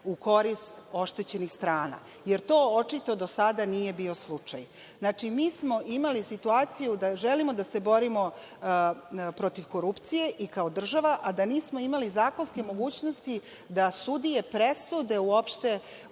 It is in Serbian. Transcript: u korist oštećenih strana, jer to očito do sada nije bio slučaj. Znači, mi smo imali situaciju da želimo da se borimo protiv korupcije i kao država, a da nismo imali zakonske mogućnosti da sudije presude uopšte